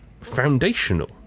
foundational